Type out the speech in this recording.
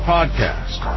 Podcast